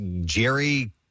Jerry